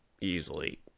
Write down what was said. easily